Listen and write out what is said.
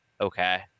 okay